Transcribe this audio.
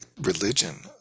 religion